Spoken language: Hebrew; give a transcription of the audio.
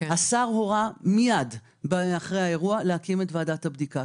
השר הורה מיד אחרי האירוע להקים את ועדת הבדיקה.